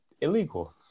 illegal